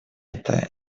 это